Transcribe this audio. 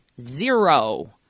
Zero